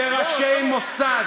וראשי מוסד,